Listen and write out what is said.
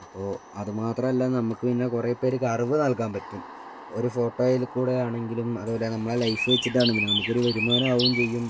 അപ്പോൾ അത് മാത്രമല്ല നമുക്ക് പിന്നെ കുറേ പേർക്ക് അറിവ് നൽകാൻ പറ്റും ഒരു ഫോട്ടോയിൽ കൂടെ ആണെങ്കിലും അതേപോലെ നമ്മളെ ലൈഫ് വച്ചിട്ടാണ് പിന്നെ നമുക്ക് ഒരു വരുമാനം ആവുകയും ചെയ്യും